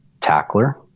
tackler